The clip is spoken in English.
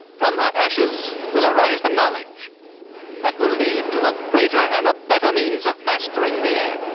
from her ashes will arise the knowledge that will lead to a greater and a better means of mastering the air.